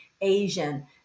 Asian